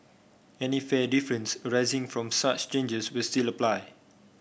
any fare difference arising from such changes will still apply